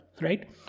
right